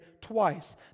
twice